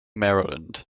maryland